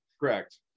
Correct